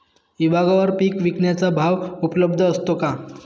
विभागवार पीक विकण्याचा भाव उपलब्ध असतो का?